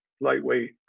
lightweight